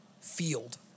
field